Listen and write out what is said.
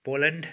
Poland